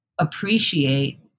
appreciate